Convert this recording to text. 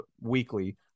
weekly